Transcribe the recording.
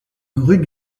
rue